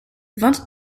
vingt